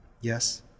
Yes